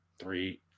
three